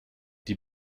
die